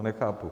Nechápu.